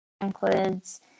includes